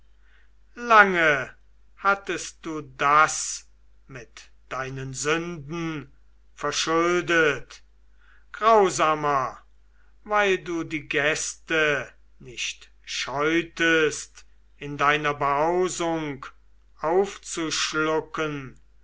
lange hattest du das mit deinen sünden verschuldet grausamer weil du die gäste nicht scheutest in deiner behausung